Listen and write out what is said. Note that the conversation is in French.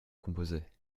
composait